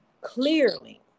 clearly